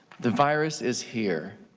the virus is here.